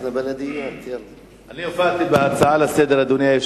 אני הופעתי בהצעה לסדר-היום,